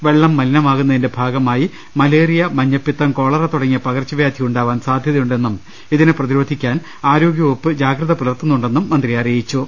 വെളളം മലീനമാകുന്നതിന്റെ ഭാഗമായി മലേറിയ മഞ്ഞപ്പിത്തം കോളറ തുടങ്ങിയ പകർച്ചവ്യാധിയുണ്ടാവാൻ സാധ്യതയുണ്ടെന്നും ഇതിനെ പ്രതിരോധിക്കാൻ ആരോഗ്യവകുപ്പ് ജാഗ്രത പുലർത്തു ന്നുണ്ടെന്നും മന്ത്രി പറഞ്ഞു